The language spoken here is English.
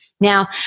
Now